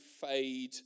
fade